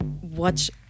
watch